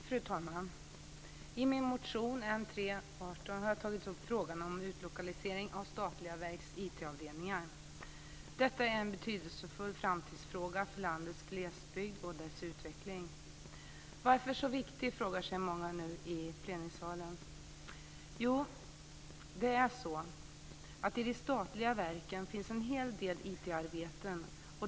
Fru talman! I min motion N318 har jag tagit upp frågan om utlokalisering av statliga verks IT avdelningar. Detta är en betydelsefull framtidsfråga för landets glesbygd och dess utveckling. Nu frågar sig många i plenisalen varför den är så viktig. Jo, i de statliga verken finns en hel del IT-arbeten.